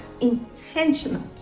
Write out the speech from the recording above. intentional